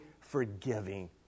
forgiving